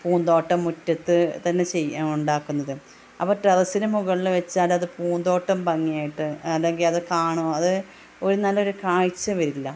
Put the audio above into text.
പൂന്തോട്ടം മുറ്റത്ത് തന്നെ ഉണ്ടാക്കുന്നത് അപ്പം ടെറസിന് മുകളിൽ വെച്ചാൽ അത് പൂന്തോട്ടം ഭംഗിയായിട്ട് അല്ലെങ്കിലത് അത് ഒരു നല്ലൊരു കാഴ്ച വരില്ല